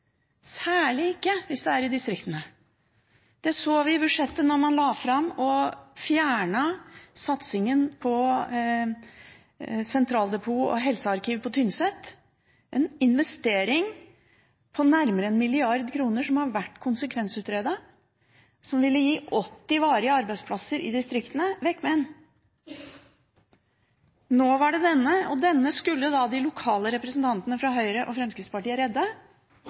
særlig ikke hvis det er i distriktene. Det så vi i budsjettet da man fjernet satsingen på sentraldepot og helsearkiv på Tynset, en investering på nærmere 1 mrd. kr, som har vært konsekvensutredet, og ville gitt 80 varige arbeidsplasser i distriktene – «vekk me’n». Nå var det disse arbeidsplassene, og dem skulle de lokale representantene fra Høyre og Fremskrittspartiet redde.